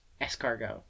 escargot